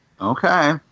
Okay